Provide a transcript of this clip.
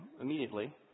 immediately